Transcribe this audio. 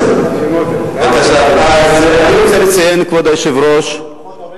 חוטובלי לא יכולה להיות, בשום מקום.